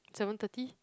seven thirty